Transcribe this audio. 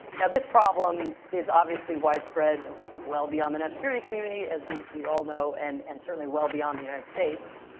now, this problem is obviously widespread well beyond the national security community, as we we all know, and and certainly well beyond the united states.